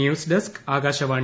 news desk Akashvani